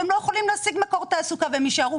הן לא יכולות להשיג מקור תעסוקה והן יישארו